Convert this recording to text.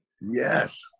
Yes